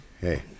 hey